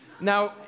Now